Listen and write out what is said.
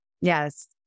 Yes